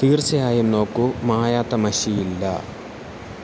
തീർച്ചയായും നോക്കൂ മായാത്ത മഷിയില്ല